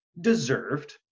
Deserved